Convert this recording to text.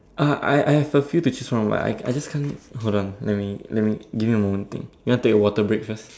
uh I I have a few to choose from but I just can't hold on let me let me give me a moment think you want take a water break first